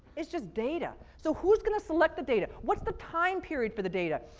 it's just data. so who's going to select the data? what's the time period for the data?